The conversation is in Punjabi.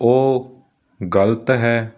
ਉਹ ਗਲਤ ਹੈ